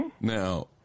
Now